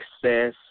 success